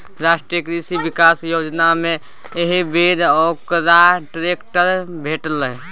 राष्ट्रीय कृषि विकास योजनामे एहिबेर ओकरा ट्रैक्टर भेटलै